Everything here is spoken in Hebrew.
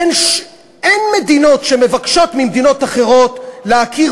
אין מדינות שמבקשות ממדינות אחרות להכיר